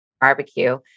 barbecue